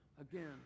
again